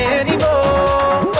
anymore